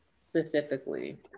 specifically